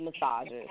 massages